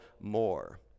more